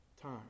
time